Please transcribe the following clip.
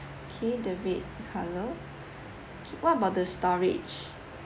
okay the red colour okay what about the storage